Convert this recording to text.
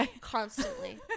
Constantly